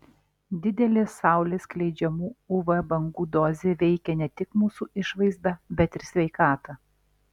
didelė saulės skleidžiamų uv bangų dozė veikia ne tik mūsų išvaizdą bet ir sveikatą